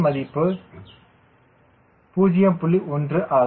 1 ஆகும்